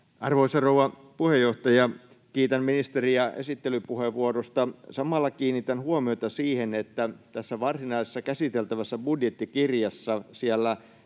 Arvoisa rouva puheenjohtaja! Kiitän ministeriä esittelypuheenvuorosta. Samalla kiinnitän huomiota siihen, että tässä varsinaisessa käsiteltävässä budjettikirjassa siellä